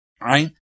Right